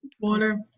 Water